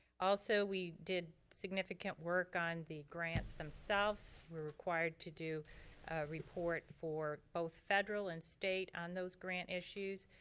also we did significant work on the grants themselves. we were required to do a report for both federal and state on those grant issues,